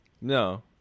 No